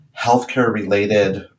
healthcare-related